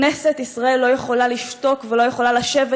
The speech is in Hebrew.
כנסת ישראל לא יכולה לשתוק ולא יכולה לשבת